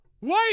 Wait